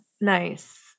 nice